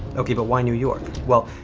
okay, but why new york? well,